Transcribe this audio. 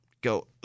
go